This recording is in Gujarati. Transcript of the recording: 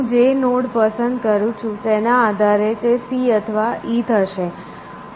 હું જે નોડ પસંદ કરું છું તેના આધારે તે C અથવા E થશે